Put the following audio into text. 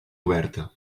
oberta